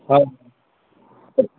હા સર